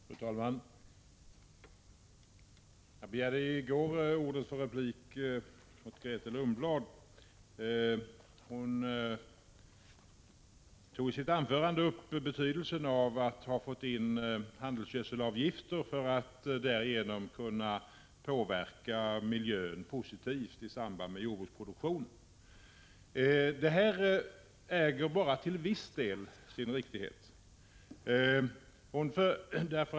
Fru talman! Jag begärde i går ordet för att replikera Grethe Lundblad. Hon tog i sitt anförande upp betydelsen av att man genom handelsgödselavgifter kunnat påverka miljön positivt i samband med jordbruksproduktionen. Detta äger bara till viss del sin riktighet.